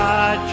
God